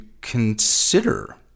consider